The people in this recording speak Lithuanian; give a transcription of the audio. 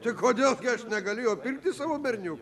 tai kodėl gi aš negaliu jo pirkti savo berniukui